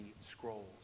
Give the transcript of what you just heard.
Scrolls